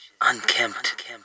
Unkempt